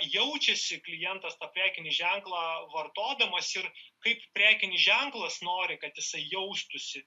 jaučiasi klientas tą prekinį ženklą vartodamas ir kaip prekinis ženklas nori kad jisai jaustųsi